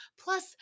Plus